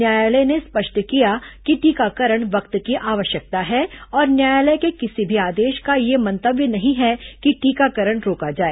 न्यायालय ने स्पष्ट किया कि टीकाकरण वक्त की आवश्यकता है और न्यायालय के किसी भी आदेश का यह मंतव्य नहीं है कि टीकाकरण रोका जाए